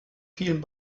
vielen